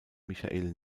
michael